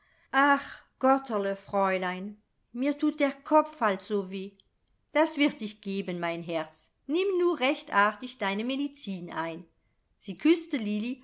ach gotterl fräulein mir thut der kopf halt so weh das wird sich geben mein herz nimm nur recht artig deine medizin ein sie küßte